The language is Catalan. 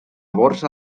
borsa